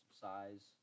size